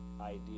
idea